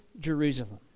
Jerusalem